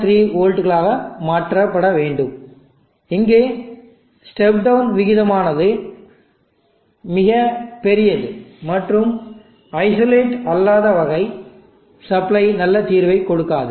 3 வோல்ட்டுகளாக மாற்றப்பட வேண்டும் இங்கு ஸ்டெப் டவுன் விகிதமானது மிகப் பெரியது மற்றும் ஐசோலேட்டடு அல்லாத வகை சப்ளை நல்ல தீர்வைக் கொடுக்காது